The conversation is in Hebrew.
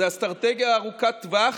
זו אסטרטגיה ארוכת טווח,